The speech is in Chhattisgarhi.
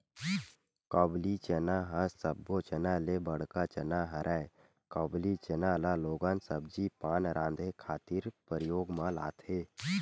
काबुली चना ह सब्बो चना ले बड़का चना हरय, काबुली चना ल लोगन सब्जी पान राँधे खातिर परियोग म लाथे